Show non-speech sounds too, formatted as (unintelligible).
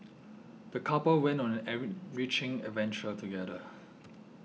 the couple went on an (unintelligible) reaching adventure together